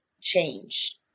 change